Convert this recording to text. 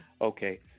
okay